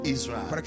Israel